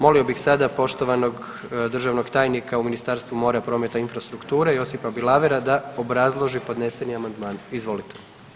Molio bih sada poštovanog državnog tajnika u Ministarstvu mora, prometa i infrastrukture Josipa Bilavera da obrazloži podneseni amandman, izvolite.